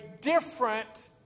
different